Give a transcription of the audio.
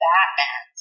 Batman